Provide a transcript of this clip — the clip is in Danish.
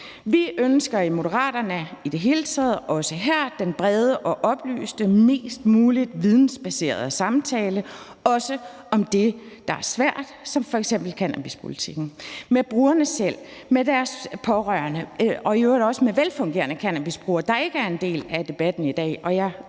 Vi ønsker i Moderaterne i det hele taget, også her, den brede og oplyste, mest muligt vidensbaserede samtale, også om det, der er svært, som f.eks. cannabispolitikken, med brugerne selv, med deres pårørende og i øvrigt også med velfungerende cannabisbrugere, der ikke er en del af debatten i dag.